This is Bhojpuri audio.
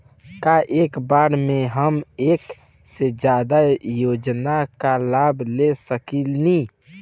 का एक बार में हम एक से ज्यादा योजना का लाभ ले सकेनी?